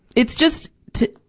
it's just to,